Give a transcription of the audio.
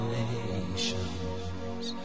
nations